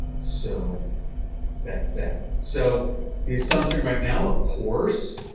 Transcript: so that's that. so the assumption right now of course,